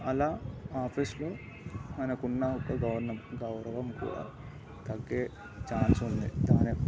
అలా ఆఫీస్లొ మనకు ఉన్న ఒక గౌరణం గౌరవం కూడా తగ్గే ఛాన్స్ ఉంది దాని